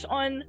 on